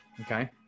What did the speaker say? Okay